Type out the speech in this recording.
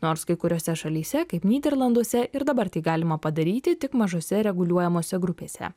nors kai kuriose šalyse kaip nyderlanduose ir dabar tai galima padaryti tik mažose reguliuojamose grupėse